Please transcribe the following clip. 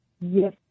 Yes